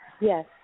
Yes